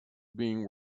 being